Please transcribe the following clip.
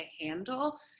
handle